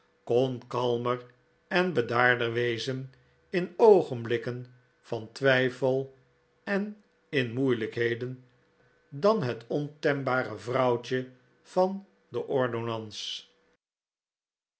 kon kalmer en bedaarder wezen in oogenblikken van twijfel en in moeilijkheden dan het ontembare vrouwtje van den